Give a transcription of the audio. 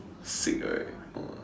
sick right !wah!